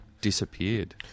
disappeared